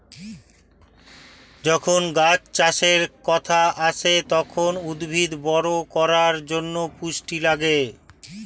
যখন গাছ চাষের কথা আসে, তখন উদ্ভিদ বড় করার জন্যে পুষ্টি লাগে